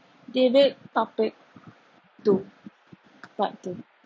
debate topic two part two